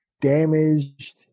damaged